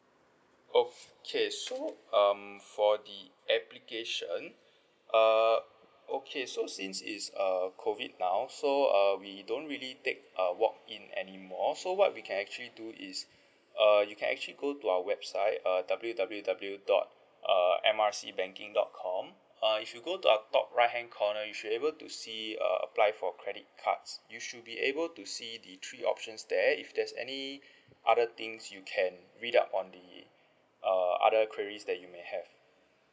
okay so um for the application uh okay so since it's uh COVID now so uh we don't really take uh walk in anymore so what we can actually do is uh you can actually go to our website uh W_W_W dot uh M R C banking dot com uh if you go on top right hand corner you should be able to see uh apply for credit cards you should be able to see the three options there if there's any other things you can read up on the uh other queries that you may have